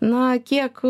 na kiek